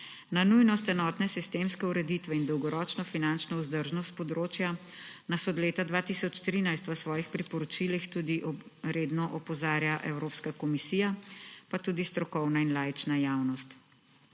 Na nujnost enotne sistemske ureditve in dolgoročno finančno vzdržnost s področja nas od leta 2013 v svojih priporočilih tudi redno opozarja Evropska komisija pa tudi strokovna in laična javnost.